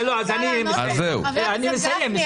אני מסיים.